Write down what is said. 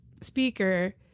speaker